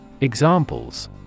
Examples